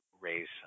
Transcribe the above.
raise